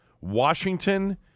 Washington